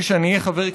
אדוני יושב-ראש